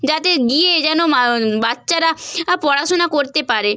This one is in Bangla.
যাতে গিয়ে যেন বাচ্চারা পড়াশোনা করতে পারে